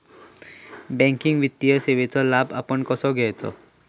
Banking वित्तीय सेवाचो लाभ आपण कसो घेयाचो?